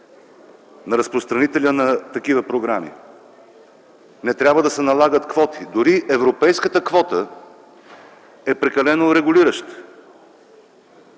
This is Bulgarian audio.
на разпространителя на такива програми, не трябва да се налагат квоти. Дори европейската квота е прекалено урегулираща.